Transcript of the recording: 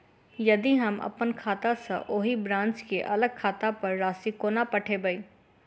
यदि हम अप्पन खाता सँ ओही ब्रांच केँ अलग खाता पर राशि कोना पठेबै?